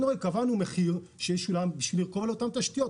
קבענו מחיר הוגן שישולם בשביל אותן תשתיות,